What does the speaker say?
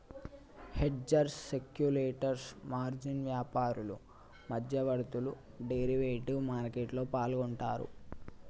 hedgers, speculators, margin వ్యాపారులు, మధ్యవర్తులు derivative మార్కెట్లో పాల్గొంటరు